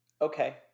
Okay